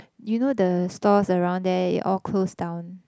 you know the stalls around there it all closed down